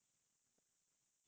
err no